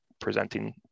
presenting